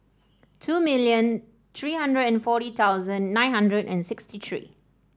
two million three hundred and forty thousand nine hundred and sixty three